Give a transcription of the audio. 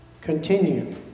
Continue